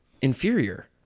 inferior